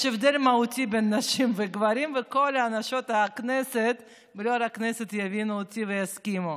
יש הבדל מהותי בין נשים וגברים וכל נשות הכנסת יבינו אותי ויסכימו.